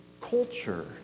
culture